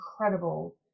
incredible